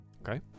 Okay